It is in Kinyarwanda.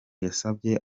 yasabye